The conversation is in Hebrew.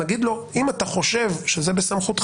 נגיד לו: אם אתה חושב שזה בסמכותך,